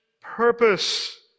purpose